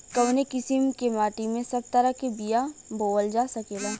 कवने किसीम के माटी में सब तरह के बिया बोवल जा सकेला?